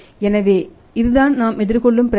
எனவே இதுதான் நாம் எதிர்கொள்ளும் பிரச்சினை